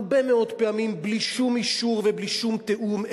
הרבה מאוד פעמים בלי שום אישור ובלי שום תיאום,